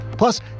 Plus